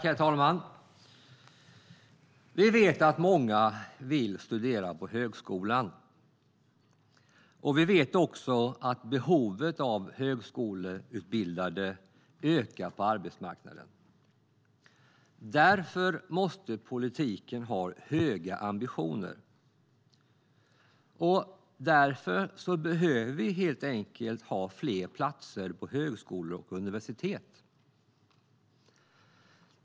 Herr talman! Vi vet att många vill studera på högskolan, och vi vet också att behovet av högskoleutbildade ökar på arbetsmarknaden. Därför måste politiken ha höga ambitioner. Därför behöver vi helt enkelt ha fler platser på högskolor och universitet.